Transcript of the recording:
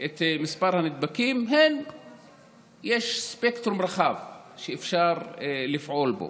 את מספר הנדבקים, יש ספקטרום רחב שאפשר לפעול בו,